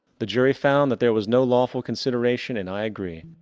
the jury found that there was no lawful consideration and i agree.